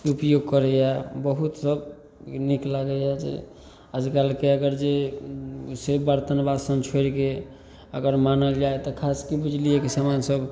उपयोग करैए बहुत सब नीक लागैए जे आजकलके अगर जे से बरतन बासन छोड़िके अगर मानल जाए तऽ खासके बिजलिएके समानसब